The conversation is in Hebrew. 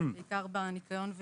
בעיקר בניקיון,